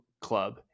club